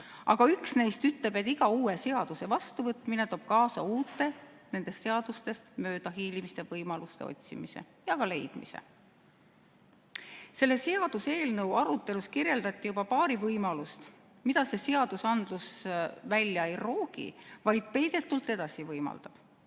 aga üks neist ütleb, et iga uue seaduse vastuvõtmine toob kaasa uute nendest seadustest möödahiilimise võimaluste otsimise ja ka leidmise. Selle seaduseelnõu arutelus kirjeldati juba paari võimalust, mida see seadus välja ei roogi, vaid peidetult edasi võimaldab.